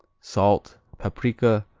salt, paprika,